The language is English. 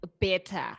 better